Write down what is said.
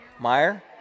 Meyer